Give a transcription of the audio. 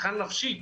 מבחינה נפשית,